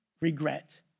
Regret